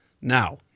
Now